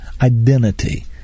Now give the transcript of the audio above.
identity